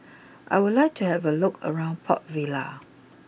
I would like to have a look around Port Vila